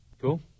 cool